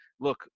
look